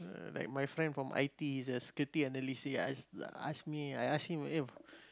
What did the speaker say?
ah like my friend from i_t_e is a security analyst ask ask me I ask him eh